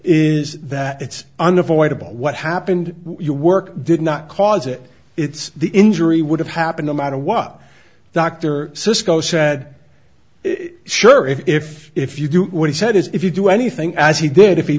is that it's unavoidable what happened you work did not cause it it's the injury would have happened no matter what dr seuss no said sure if if you do what he said is if you do anything as he did if he